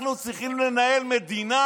אנחנו צריכים לנהל מדינה?